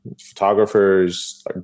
photographers